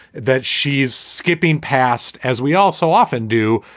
that she's skipping past as we all so often do.